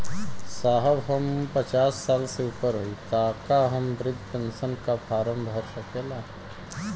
साहब हम पचास साल से ऊपर हई ताका हम बृध पेंसन का फोरम भर सकेला?